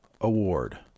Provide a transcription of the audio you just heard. Award